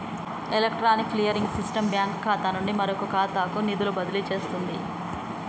electronic clearing system bank ఖాతా నుండి మరొక ఖాతాకు నిధులు బదిలీ చేస్తుంది